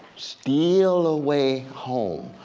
steal away home.